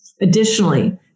Additionally